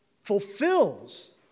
fulfills